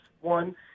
one